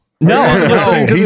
No